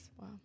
Wow